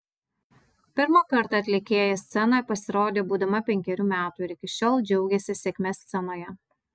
pirmą kartą atlikėja scenoje pasirodė būdama penkerių metų ir iki šiol džiaugiasi sėkme scenoje